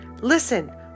Listen